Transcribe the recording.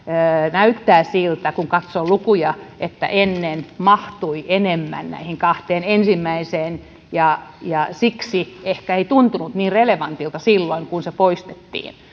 näyttää siltä kun katsoo lukuja että ennen mahtui enemmän näihin kahteen ensimmäiseen siksi ei ehkä tuntunut niin relevantilta silloin kun se poistettiin